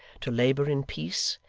to labour in peace,